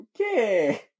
Okay